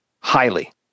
highly